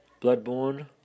Bloodborne